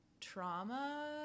trauma